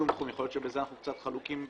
יכול להיות שבזה אנחנו קצת חלוקים בעמדותינו,